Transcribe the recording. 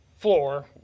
floor